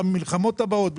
למלחמות הבאות,